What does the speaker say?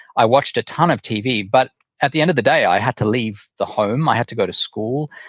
i watched a ton of tv but at the end of the day i had to leave the home. i had to go to school.